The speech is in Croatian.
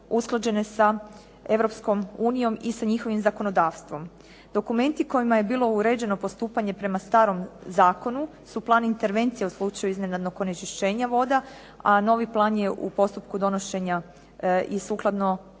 u slučaju iznenadnog onečišćenja voda, a novi plan je u postupku donošenja i sukladno naravno